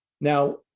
Now